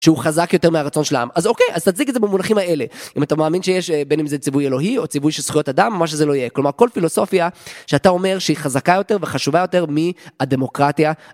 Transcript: שהוא חזק יותר מהרצון של העם אז אוקיי אז תציג את זה במונחים האלה אם אתה מאמין שיש בין אם זה ציווי אלוהי או ציווי של זכויות אדם מה שזה לא יהיה כלומר כל פילוסופיה שאתה אומר שהיא חזקה יותר וחשובה יותר מהדמוקרטיה.